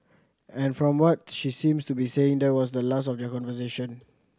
and from what she seems to be saying there was the last of their conversation